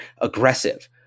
aggressive